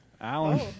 Alan